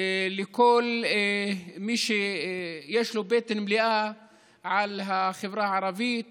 של כל מי שיש לו בטן מלאה על החברה הערבית